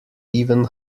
even